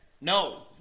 No